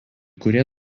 kurie